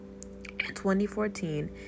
2014